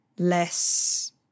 Less